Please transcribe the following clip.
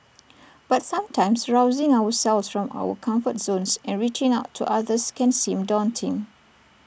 but sometimes rousing ourselves from our comfort zones and reaching out to others can seem daunting